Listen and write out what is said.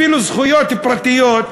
אפילו זכויות פרטיות,